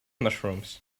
mushrooms